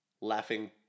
Laughing